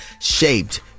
shaped